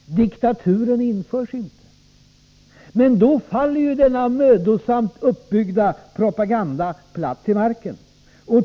Diktaturen införs inte. Då faller den mödosamt uppbyggda propagandan platt till marken.